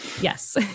Yes